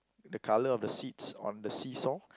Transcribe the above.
the colour of the seats on the sea saw